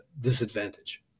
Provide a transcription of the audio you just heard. disadvantage